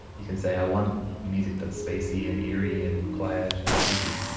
you can say i want music that's spacey and eerie and quiet and spooky,